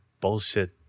bullshit